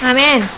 Amen